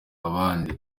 abandi